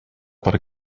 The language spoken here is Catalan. per